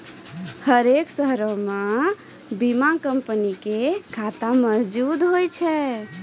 हरेक शहरो मे बीमा कंपनी के शाखा मौजुद होय छै